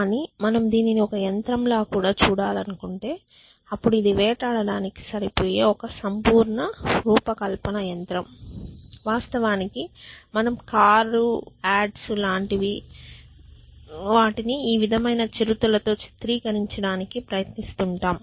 కానీ మనం దీనిని ఒక యంత్రం ల కూడా చూడాలనుకుంటే అప్పుడు ఇది వేటాడడానికి సరిపోయే ఒక సంపూర్ణ రూపకల్పన యంత్రం వాస్తవానికి మనం కారు యాడ్ ను మరియు ఇలాంటి వాటిని ఈ విధమైన చిరుతలు గా చిత్రీకరించడానికి ప్రయత్నిస్తుంటాం